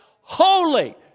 holy